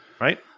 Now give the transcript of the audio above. Right